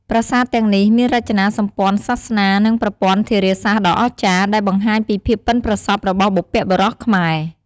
ប្រាសាទទាំងនេះមានរចនាសម្ព័ន្ធសាសនា និងប្រព័ន្ធធារាសាស្ត្រដ៏អស្ចារ្យ ដែលបង្ហាញពីភាពប៉ិនប្រសប់របស់បុព្វបុរសខ្មែរ។